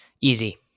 Easy